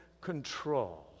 control